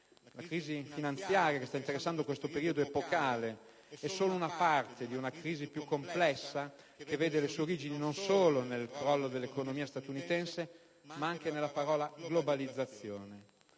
La crisi finanziaria che sta interessando questo periodo epocale è solo una parte di una crisi più complessa che vede le sue origini non solo nel crollo dell'economia statunitense, ma anche nella parola globalizzazione.